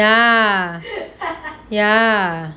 ya ya